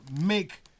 make